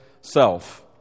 self